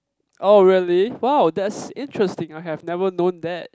oh really wow that's interesting I have never known that